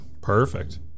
perfect